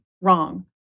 wrong